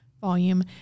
volume